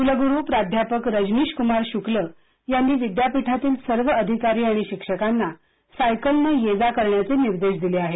कुलगुरू प्राध्यापक रजनिशकुमार शुक्ल यांनी विद्यापीठातील सर्व अधिकारी आणि शिक्षकांना सायकलनं ये जा करण्याचे निर्देश दिले आहे